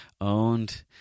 owned